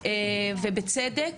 ובצדק,